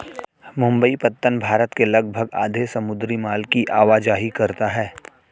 मुंबई पत्तन भारत के लगभग आधे समुद्री माल की आवाजाही करता है